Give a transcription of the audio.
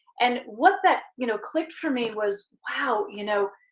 and what that you know clicked for me was wow you know,